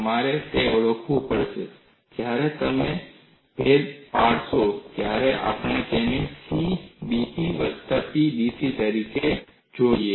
તમારે તે ઓળખવું પડશે જ્યારે તમે ભેદ પાડશો ત્યારે આપણે તેને C dp વત્તા P dc તરીકે લખવું જોઈએ